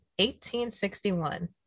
1861